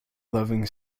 loving